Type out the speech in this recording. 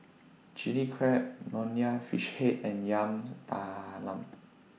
Chili Crab Nonya Fish Head and Yam Talam